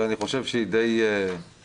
ואני חושב שהיא די מלומדה,